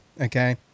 okay